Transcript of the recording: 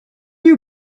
you